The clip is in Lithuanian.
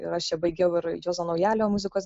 ir aš čia baigiau ir juozo naujalio muzikos